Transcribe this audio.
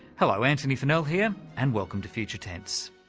hello, antony funnell here, and welcome to future tense.